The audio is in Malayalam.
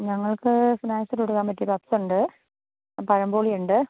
ഞങ്ങൾക്ക് സ്നാക്സ് കൊടുക്കാൻ പറ്റിയ പഫ്സ് ഉണ്ട് പഴംബോളി ഉണ്ട്